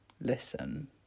listen